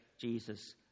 Jesus